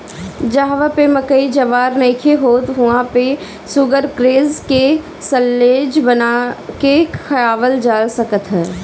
जहवा पे मकई ज्वार नइखे होत वहां पे शुगरग्रेज के साल्लेज बना के खियावल जा सकत ह